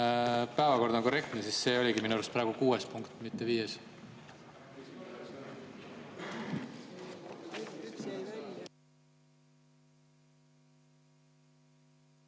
päevakord on korrektne, siis see oligi minu arust praegu kuues punkt, mitte viies.